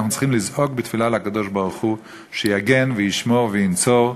אנחנו צריכים לזעוק בתפילה לקדוש-ברוך-הוא שיגן וישמור וינצור,